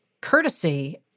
courtesy